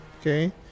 Okay